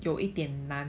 有一点 man